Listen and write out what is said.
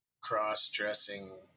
cross-dressing